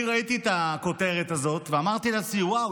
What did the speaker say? אני ראיתי את הכותרת הזאת ואמרתי לעצמי: וואו,